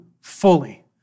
fully